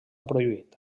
prohibit